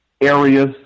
areas